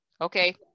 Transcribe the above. okay